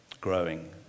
growing